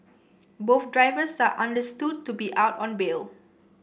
both drivers are understood to be out on bail